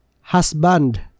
husband